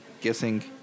guessing